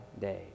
day